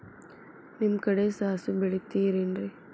ನಿಮ್ಮ ಕಡೆ ಸಾಸ್ವಿ ಬೆಳಿತಿರೆನ್ರಿ?